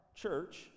church